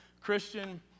Christian